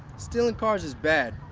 stealing cars is bad.